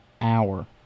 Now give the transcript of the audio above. hour